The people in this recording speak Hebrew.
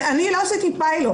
אני לא עשיתי פיילוט.